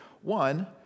One